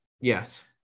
Yes